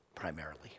primarily